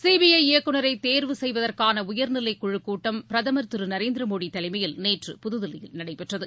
CBI இயக்குளரை தேர்வு செய்வதற்கான உயர்நிலைக்குழுக் கூட்டம் பிரதமர் திரு நரேந்திர மோடி தலைமையில் நேற்று புதுதில்லியில் நடைபெற்றது